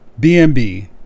BMB